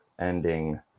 ending